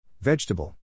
Vegetable